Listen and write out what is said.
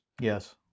Yes